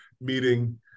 meeting